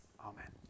Amen